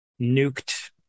nuked